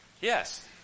Yes